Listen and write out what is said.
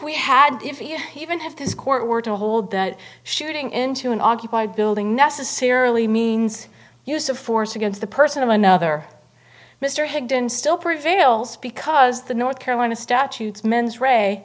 we had if you even have his court were to hold that shooting into an occupied building necessarily means use of force against the person of another mr hamdan still prevails because the north carolina statutes mens r